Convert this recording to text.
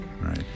Right